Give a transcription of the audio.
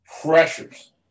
pressures